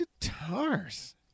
guitars